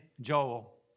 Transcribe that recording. Joel